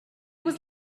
was